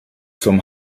zum